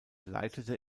leitete